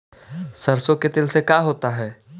सरसों के तेल से का होता है?